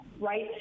right